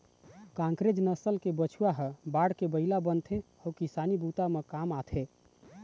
कांकरेज नसल के बछवा ह बाढ़के बइला बनथे अउ किसानी बूता म काम आथे